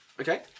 Okay